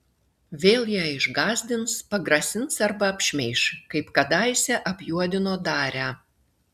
vėl ją išgąsdins pagrasins arba apšmeiš kaip kadaise apjuodino darią